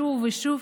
שוב ושוב,